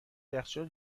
یخچال